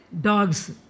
dogs